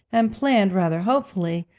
and planned, rather hopefully,